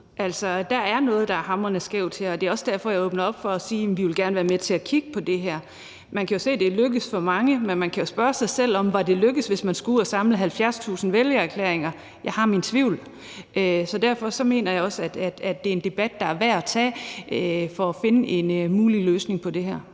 vi i SF fuldt ud. Der er noget, der er hamrende skævt her, og det er også derfor, jeg åbner op for, at vi gerne vil være med til at kigge på det her. Man kan jo se, at det er lykkedes for mange, men man kan jo spørge sig selv, om det var lykkedes, hvis de skulle ud at samle 70.000 vælgererklæringer. Jeg har mine tvivl. Så derfor mener jeg også, det er en debat, der er værd at tage for at finde en mulig løsning på det her.